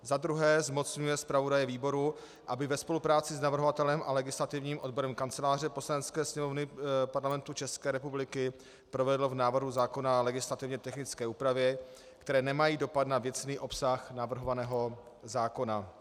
2. zmocňuje zpravodaje výboru, aby ve spolupráci s navrhovatelem a legislativním odborem Kanceláře Poslanecké sněmovny Parlamentu České republiky provedl v návrhu zákona legislativně technické úpravy, které nemají dopad na věcný obsah navrhovaného zákona;